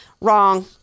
Wrong